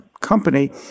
company